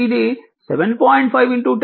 కాబట్టి vx 7